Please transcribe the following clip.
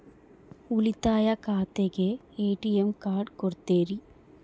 ಉಳಿತಾಯ ಖಾತೆಗೆ ATM card ಕೊಡ್ತೇರಿ?